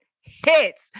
hits